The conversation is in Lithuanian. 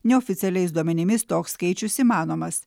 neoficialiais duomenimis toks skaičius įmanomas